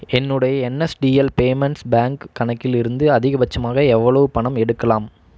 என்னுடைய NSDL payments bank கணக்கிலிருந்து அதிகபட்சமாக எவ்வளவு பணம் எடுக்கலாம்